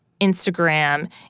Instagram